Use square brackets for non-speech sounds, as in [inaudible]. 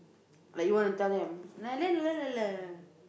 like you want to tell them [noise]